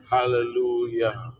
Hallelujah